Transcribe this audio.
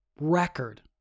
record